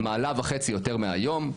מעלה וחצי יותר מהיום,